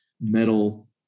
metal